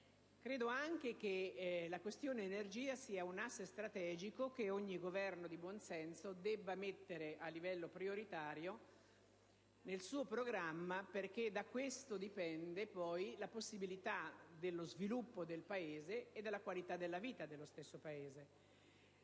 Ritengo anche che la questione energia sia un asse strategico che ogni Governo di buon senso dovrebbe inserire a livello prioritario nel suo programma, perché da essa dipende poi la possibilità dello sviluppo del Paese e della qualità della vita dello stesso.